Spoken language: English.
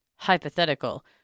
hypothetical